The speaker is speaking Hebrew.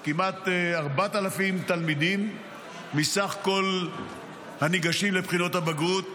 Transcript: של כמעט 4,000 תלמידים מסך הניגשים לבחינות הבגרות,